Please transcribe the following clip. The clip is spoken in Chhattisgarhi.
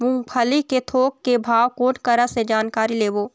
मूंगफली के थोक के भाव कोन करा से जानकारी लेबो?